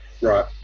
Right